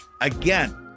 Again